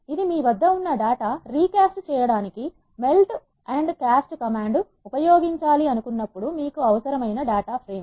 ఇది మీ వద్ద ఉన్న డేటా రీ కాస్ట్ చేయడానికి మెల్ట్ అండ్ క్యాస్ట్ కమాండ్ ఉపయోగించాలి అనుకున్నప్పుడు మీకు అవసరమైన డాటా ఫ్రేమ్